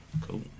Cool